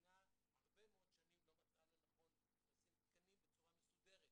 והמדינה הרבה מאוד שנים לא מצאה לנכון לשים תקנים בצורה מסודרת.